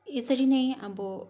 यसरी नै अब